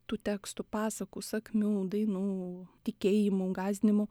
tų tekstų pasakų sakmių dainų tikėjimų gąsdinimų